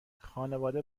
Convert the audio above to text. خانواده